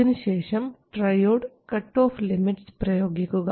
അതിനുശേഷം triode cut off limits പ്രയോഗിക്കുക